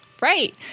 Right